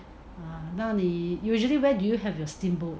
那你 usually where do you have your steamboat